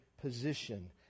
position